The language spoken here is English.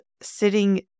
sitting